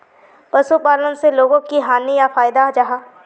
पशुपालन से लोगोक की हानि या फायदा जाहा?